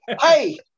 Hey